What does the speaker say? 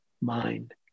mind